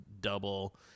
double